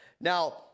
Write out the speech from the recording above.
Now